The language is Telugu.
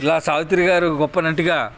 ఇలా సావిత్రి గారు గొప్ప నటిగా